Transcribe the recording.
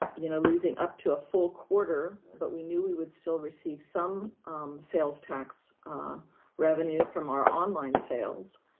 you know, losing up to a full quarter, but we knew we would still receive some sales tax revenue from our online sales.